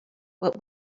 what